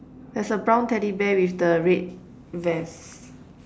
there's a brown teddy bear with the red vest